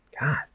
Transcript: God